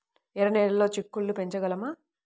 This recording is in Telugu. ఎర్ర నెలలో చిక్కుళ్ళు పెంచగలమా?